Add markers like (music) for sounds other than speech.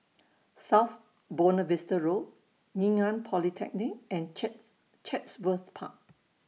South Buona Vista Road Ngee Ann Polytechnic and (unintelligible) Chatsworth Park